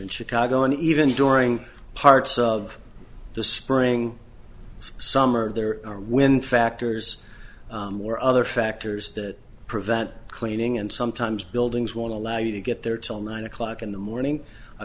in chicago and even during parts of the spring summer there are wind factors or other factors that prevent cleaning and sometimes buildings one allow you to get there till nine o'clock in the morning a